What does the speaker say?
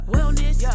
Wellness